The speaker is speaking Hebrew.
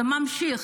זה ממשיך.